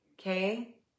okay